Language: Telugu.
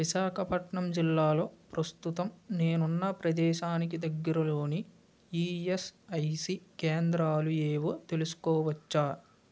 విశాఖపట్నం జిల్లాలో ప్రస్తుతం నేనున్న ప్రదేశానికి దగ్గరలోని ఈఎస్ఐసి కేంద్రాలు ఏవో తెలుసుకోవచ్చా